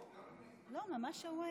להגיב?